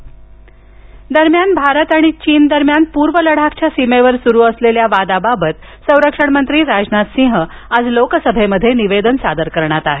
संसद अधिवेशन दरम्यान भारत आणि चीन दरम्यान पूर्व लडाखच्या सीमेवर सुरू असलेल्या वादाबाबत संरक्षण मंत्री राजनाथ सिंह आज लोकसभेत निवेदन सादर करणार आहेत